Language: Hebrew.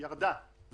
ירדה.